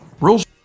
Rules